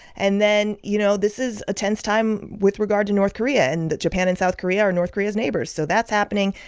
and then, you know, this is a tense time with regard to north korea, and japan and south korea are north korea's neighbors. so that's happening.